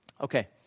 Okay